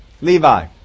Levi